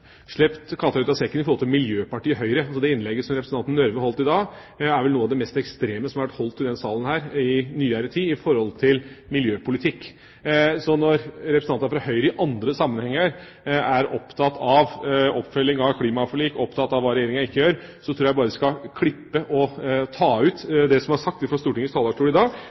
vært holdt i denne salen i nyere tid om miljøpolitikk. Når representanter fra Høyre i andre sammenhenger er opptatt av oppfølging av klimaforlik, opptatt av hva Regjeringa ikke gjør, tror jeg bare vi skal klippe ut det som er sagt fra Stortingets talerstol i dag,